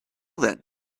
then